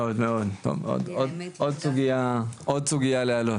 מאוד מאוד, טוב, עוד סוגייה לעלות.